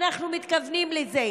אנחנו מתכוונים לזה.